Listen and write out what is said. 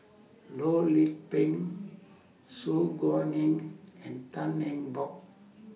Loh Lik Peng Su Guaning and Tan Eng Bock